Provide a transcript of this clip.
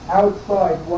outside